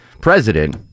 president